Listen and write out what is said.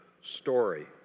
story